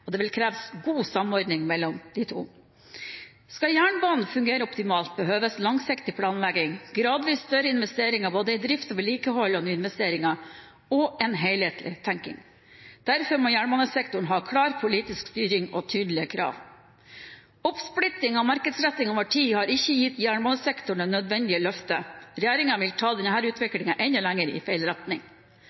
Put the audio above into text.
og det vil kreve god samordning mellom de to. Skal jernbanen fungere optimalt, behøves langsiktig planlegging, gradvis større investeringer både i drift og vedlikehold og i nyinvesteringer, og en helhetlig tenking. Derfor må jernbanesektoren ha en klar politisk styring og tydelige krav. Oppsplitting og markedsretting over tid har ikke gitt jernbanesektoren det nødvendige løftet, og regjeringen vil ta denne utviklingen enda lenger i feil retning.